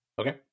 okay